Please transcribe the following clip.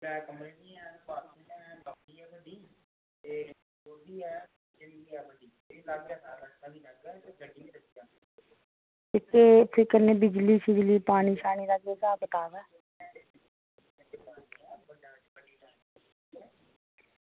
तुस फिक्र निं बिजली पानी साढ़े कश बी स्हाब कताब ऐ